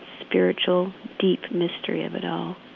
spiritual, deep mystery of it all.